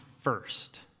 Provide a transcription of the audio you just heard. first